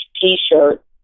T-shirt